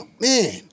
Man